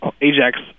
Ajax